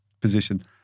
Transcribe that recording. position